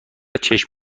چشم